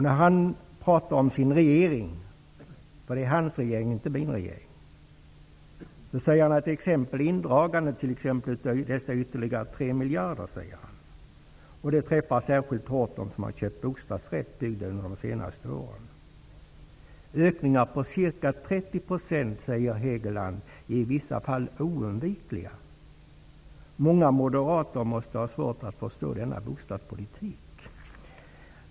När han pratar om sin regering -- för det är hans regering och inte min -- säger han t.ex. att indragandet av dessa ytterligare 3 miljarder särskilt svårt drabbar de som har köpt bostadsrätter byggda under de senaste åren. Han säger att ökningar på ca 30 % är oundvikliga i vissa fall. Många moderater måste ha svårt att förstå denna bostadspolitik.